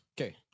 Okay